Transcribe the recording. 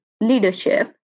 leadership